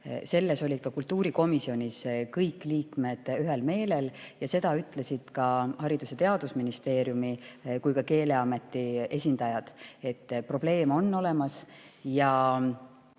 olid kultuurikomisjonis kõik liikmed ühel meelel ja seda ütlesid ka nii Haridus- ja Teadusministeeriumi kui ka Keeleameti esindajad, et probleem on olemas.